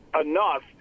enough